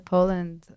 Poland